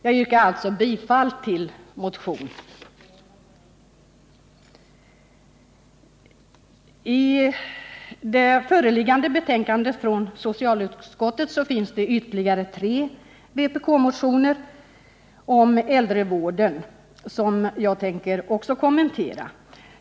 Jag yrkar alltså bifall till motionen 201. I föreliggande betänkande från socialutskottet finns ytterligare tre vpkmotioner, om äldrevården, som jag också tänker kommentera.